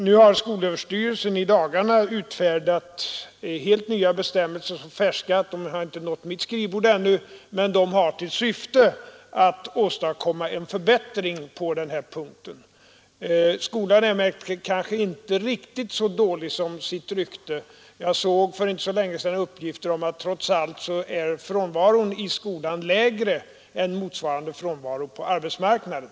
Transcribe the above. Nu har skolöverstyrelsen i dagarna utfärdat helt nya bestämmelser — så färska att de inte nått mitt skrivbord ännu — och de har till syfte att åstadkomma en förbättring på den här punkten. Skolan är emellertid kanske inte riktigt så dålig som sitt rykte. Jag såg för inte så länge sedan uppgifter om att frånvaron i skolan trots allt är lägre än motsvarande frånvaro på arbetsmarknaden.